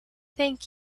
thank